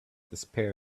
despair